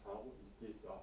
!huh! what is this ah